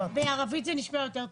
בערבית זה נשמע יותר טוב.